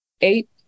eight